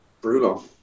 brutal